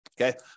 Okay